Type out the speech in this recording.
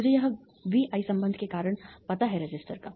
मुझे यह VI संबंध के कारण पता है रेसिस्टर का